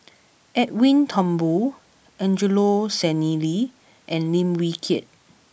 Edwin Thumboo Angelo Sanelli and Lim Wee Kiak